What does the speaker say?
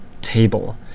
table